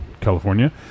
California